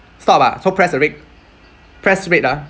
stop ah so press the red press red ah